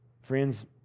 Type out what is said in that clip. Friends